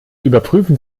überprüfen